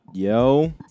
Yo